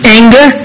anger